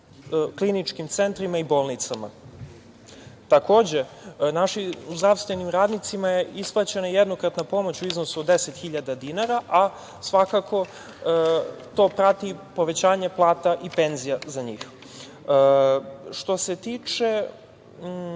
kliničkim centrima i bolnicama. Takođe, našim zdravstvenim radnicima je isplaćena jednokratna pomoć u iznosu od 10.000 dinara, a svakako to prati i povećanje plata i penzija za njih. Što se tiče